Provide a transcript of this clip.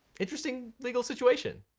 interesting legal situation.